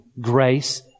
grace